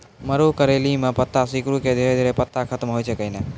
मरो करैली म पत्ता सिकुड़ी के धीरे धीरे पत्ता खत्म होय छै कैनै?